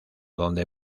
donde